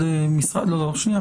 שנייה,